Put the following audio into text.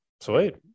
Sweet